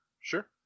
Sure